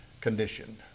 condition